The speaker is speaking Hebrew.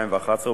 התשע"א 2011,